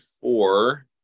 four